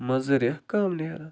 منٛزٕ ریٚہہ کَم نیران